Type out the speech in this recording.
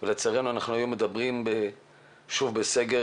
לצערנו, היום אנחנו מדברים שוב על סגר.